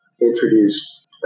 introduced